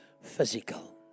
Physical